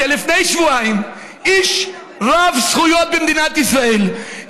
שלפני שבועיים איש רב זכויות במדינת ישראל,